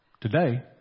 Today